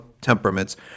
temperaments